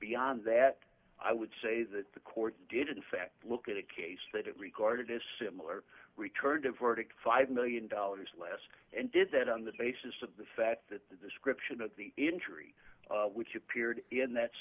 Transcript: beyond that i would say that the court did in fact look at a case that it regarded as similar returned a verdict five million dollars less and did that on the basis of the fact that the description of the injury which appeared in that